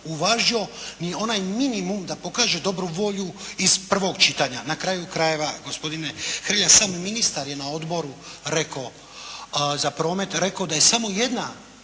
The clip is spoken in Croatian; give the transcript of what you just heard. uvažio ni onaj minimum da pokaže dobru volju iz prvog čitanja. Na kraju krajeva, gospodine Hrelja, sam ministar je na odboru rekao za promet rekao da je samo jedna